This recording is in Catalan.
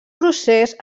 procés